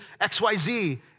XYZ